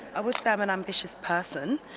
i would say i'm an ambitious person,